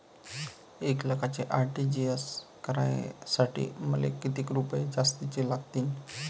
एक लाखाचे आर.टी.जी.एस करासाठी मले कितीक रुपये जास्तीचे लागतीनं?